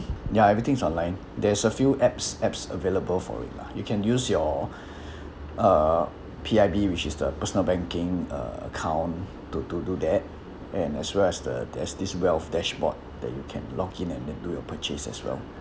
ya everything is online there's a few apps apps available for it lah you can use your uh P_I_B which is the personal banking account to do do that and as well as the there's this wealth dashboard that you can log in and then do your purchase as well